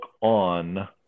on